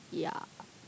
ya